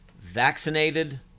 Vaccinated